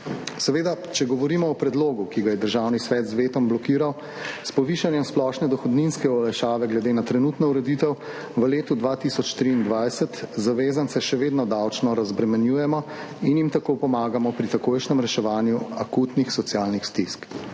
Seveda, če govorimo o predlogu, ki ga je Državni svet z vetom blokiral s povišanjem splošne dohodninske olajšave glede na trenutno ureditev v letu 2023 zavezance še vedno davčno razbremenjujemo in jim tako pomagamo pri takojšnjem reševanju akutnih socialnih stisk.